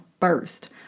first